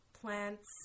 Plants